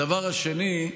הדבר השני,